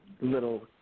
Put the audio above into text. Little